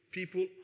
People